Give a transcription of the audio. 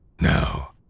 Now